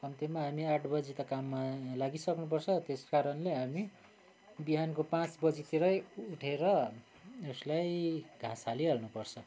कम्तीमा हामी आठ बजी त काममा लागिसक्नुपर्छ त्यस कारणले हामी बिहानको पाँच बजीतिरै उठेर उसलाई घाँस हालिहाल्नु पर्छ